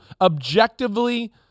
objectively